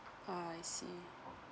ah I see